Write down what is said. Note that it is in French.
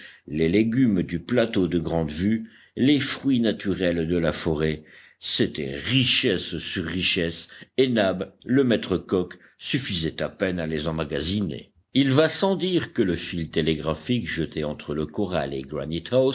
les légumes du plateau de grande vue les fruits naturels de la forêt c'étaient richesses sur richesses et nab le maître coq suffisait à peine à les emmagasiner il va sans dire que le fil télégraphique jeté entre le corral et